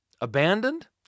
Abandoned